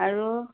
আৰু